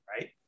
right